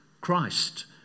Christ